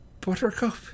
Buttercup